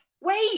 Wait